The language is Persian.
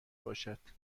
باشد